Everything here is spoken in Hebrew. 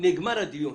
נגמר הדיון.